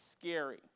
scary